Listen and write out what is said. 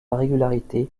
régularité